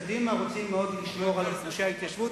קדימה רוצים מאוד לשמור על גושי ההתיישבות.